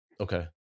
Okay